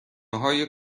های